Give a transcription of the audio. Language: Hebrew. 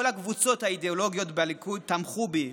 הקבוצות האידיאולוגיות בליכוד תמכו בי,